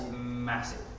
massive